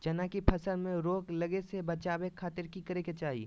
चना की फसल में रोग लगे से बचावे खातिर की करे के चाही?